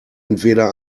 entweder